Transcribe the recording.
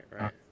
right